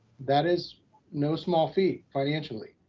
that is no small feat financially.